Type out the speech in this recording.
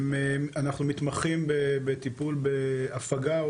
אנחנו מתמכים בטיפול בהפגה,